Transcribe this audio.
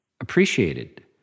appreciated